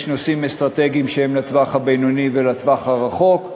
יש נושאים אסטרטגיים שהם לטווח הבינוני ולטווח הרחוק,